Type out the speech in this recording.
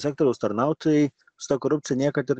sektoriaus tarnautojai su ta korupcija niekad ir